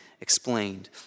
explained